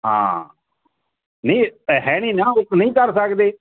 ਹਾਂ ਨੀ ਹੈ ਨੀ ਨਾ ਕਰ ਸਕਦੇ